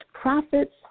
profits